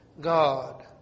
God